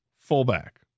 fullback